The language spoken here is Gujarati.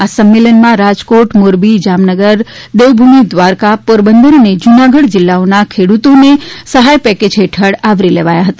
આ સંમેલનમાં રાજકોટ મોરબી જામનગર દેવભૂમિ દ્વારકા પોરબંદર અને જૂનાગઢ જિલ્લાઓના ખેડૂતોને આ સહાય પેકેજ હેઠળ આવરી લેવામાં આવ્યા હતા